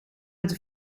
het